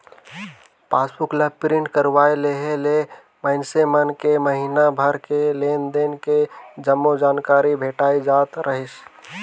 passbook ला print करवाये लेहे ले मइनसे मन के महिना भर के लेन देन के जम्मो जानकारी भेटाय जात रहीस